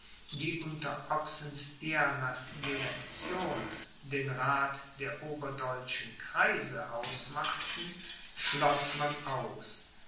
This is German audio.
die unter oxenstiernas direktion den rath der oberdeutschen kreise ausmachten schloß man aus